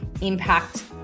impact